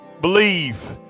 Believe